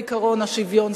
לעקרון השוויון.